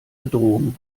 bedrohung